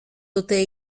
dute